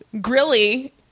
Grilly